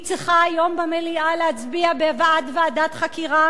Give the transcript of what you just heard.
היא צריכה היום במליאה להצביע בעד ועדת חקירה,